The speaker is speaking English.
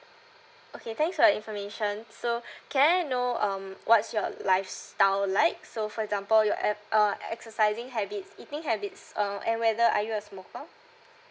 okay thanks for your information so can I know um what's your lifestyle like so for example your app~ uh exercising habits eating habits um and whether are you a smoker